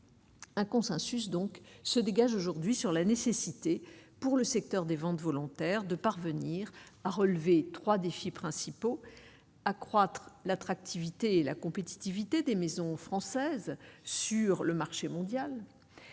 Un consensus donc se dégage aujourd'hui sur la nécessité pour le secteur des ventes volontaires de parvenir à relever 3 défis principaux accroître l'attractivité et la compétitivité des maisons françaises sur le marché mondial,